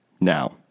Now